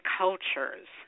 cultures